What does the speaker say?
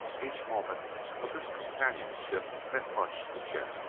each moment of this companionship meant much to chet.